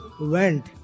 went